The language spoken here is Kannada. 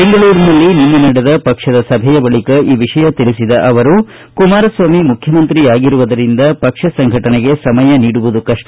ಬೆಂಗಳೂರಿನಲ್ಲಿ ನಿನ್ನೆ ನಡೆದ ಪಕ್ಷದ ಸಭೆಯ ಬಳಿಕ ಈ ವಿಷಯ ತಿಳಿಸಿದ ಅವರು ಕುಮಾರಸ್ನಾಮಿ ಮುಖ್ಯಮಂತ್ರಿಯಾಗಿರುವುದರಿಂದ ಪಕ್ಷ ಸಂಘಟನೆಗೆ ಸಮಯ ನೀಡುವುದು ಕಷ್ಷ